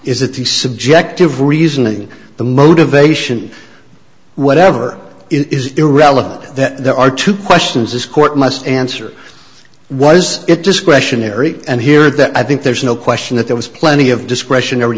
is that the subjective reasoning the motivation whatever it is irrelevant that there are two questions this court must answer was it discretionary and here that i think there's no question that there was plenty of discretionary